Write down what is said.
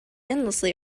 endlessly